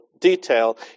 detail